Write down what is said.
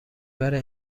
برای